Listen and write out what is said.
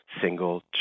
single